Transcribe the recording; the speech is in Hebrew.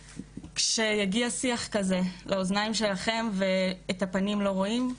שכשיגיע שיח כזה לאוזניים שלכם ואת הפנים לא רואים,